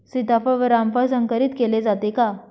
सीताफळ व रामफळ संकरित केले जाते का?